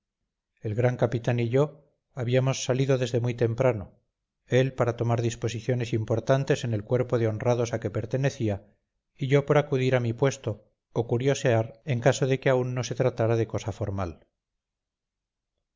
el gran capitán y yo habíamos salido desde muy temprano él para tomar disposiciones importantes en el cuerpo de honrados a que pertenecía y yo por acudir a mi puesto o curiosear en caso de que aún no se tratara de cosa formal